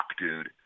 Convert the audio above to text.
dude